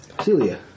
Celia